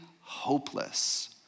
hopeless